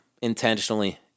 intentionally